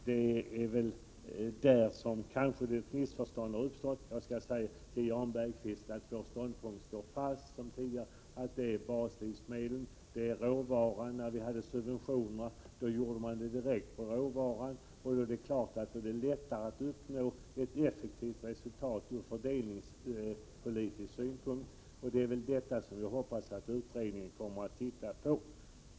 På den punkten har kanske ett missförstånd uppstått. Jag vill säga till Jan Bergqvist att vår tidigare ståndpunkt står fast. Vi vill ha lägre moms på baslivsmedel. När vi hade subventionerna gällde de råvaror, och då var det lättare att uppnå ett effektivt resultat ur fördelningspolitisk synpunkt. Det är detta jag hoppas att utredningen kommer att studera.